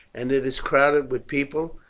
and it is crowded with people.